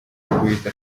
guhita